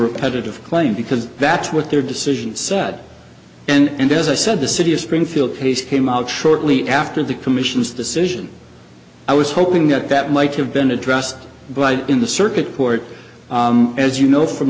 repetitive claim because that's what their decision said and as i said the city of springfield came out shortly at after the commission's decision i was hoping that that might have been addressed but in the circuit court as you know from